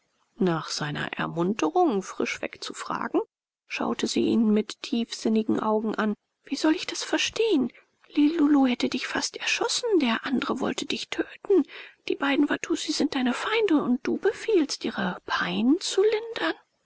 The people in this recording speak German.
nach seiner ermunterung frischweg zu fragen schaute sie ihn mit tiefsinnigen augen an wie soll ich es verstehen lilulu hätte dich fast erschossen der andre wollte dich töten die beiden watussi sind deine feinde und du befiehlst ihre pein zu lindern